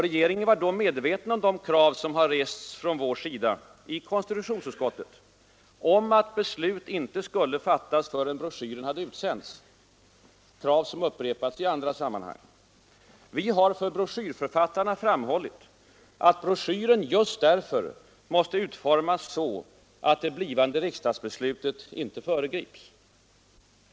Regeringen var då medveten om de krav som har rests från vår sida i konstitutionsutskottet på att beslut inte skulle fattas, förrän broschyren hade utsänts — krav som upprepats i andra sammanhang. Vi har för broschyrförfattarna framhållit att broschyren just därför måste utformas så, att det blivande riksdagsbeslutet inte föregrips.